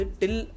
till